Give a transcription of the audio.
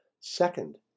Second